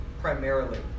primarily